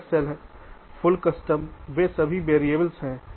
मानक cell full custom वे भी वेरिएबल हैं